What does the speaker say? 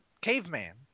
caveman